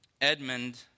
Edmund